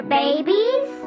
babies